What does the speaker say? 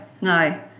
no